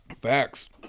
Facts